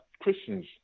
Christians